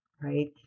right